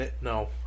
No